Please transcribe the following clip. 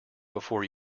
before